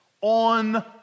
on